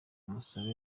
musabe